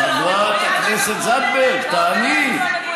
חברת הכנסת זנדברג, תעני.